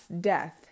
death